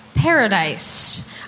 Paradise